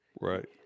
Right